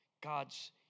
God's